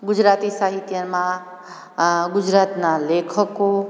ગુજરાતી સાહિત્યમાં આ ગુજરાતનાં લેખકો